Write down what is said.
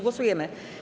Głosujemy.